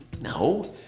No